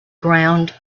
ground